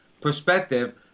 perspective